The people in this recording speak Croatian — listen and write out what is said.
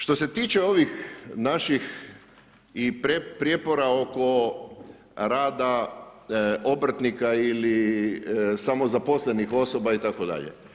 Što se tiče ovih naših prijepora oko rada obrtnika ili samozaposlenih osoba itd.